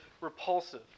repulsive